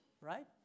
right